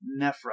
Nephrite